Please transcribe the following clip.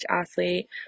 athlete